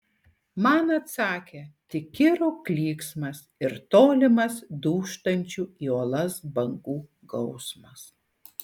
man atsakė tik kirų klyksmas ir tolimas dūžtančių į uolas bangų gausmas